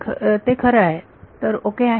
तर हे खरं तर ओके आहे